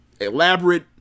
elaborate